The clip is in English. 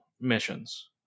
Missions